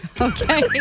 Okay